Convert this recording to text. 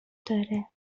داره